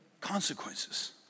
consequences